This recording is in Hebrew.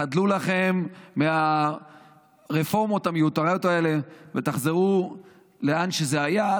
חדלו לכם מהרפורמות המיותרות האלה ותחזרו לאן שזה היה.